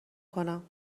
کنم